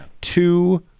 two